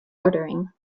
ordering